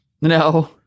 no